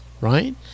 right